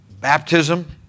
baptism